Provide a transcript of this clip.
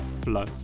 flow